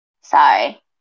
Sorry